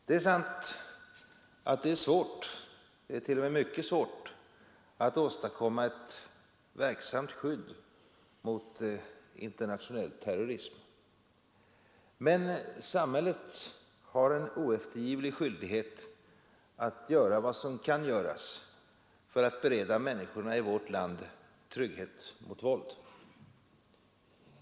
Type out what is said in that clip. Det är sant att det är svårt — t.o.m. mycket svårt — att åstadkomma ett verksamt skydd mot internationell terrorism, men samhället har en oeftergivlig skyldighet att göra vad som kan göras för att bereda människorna i vårt land trygghet mot våld.